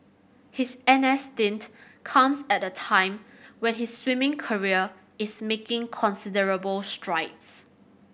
his N S stint comes at a time when his swimming career is making considerable strides